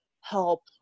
help